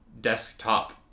desktop